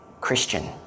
Christian